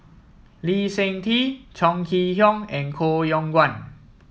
Lee Seng Tee Chong Kee Hiong and Koh Yong Guan